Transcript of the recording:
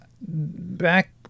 Back